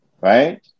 right